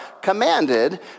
commanded